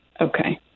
okay